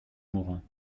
mourant